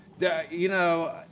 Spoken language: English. yeah you know,